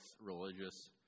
religious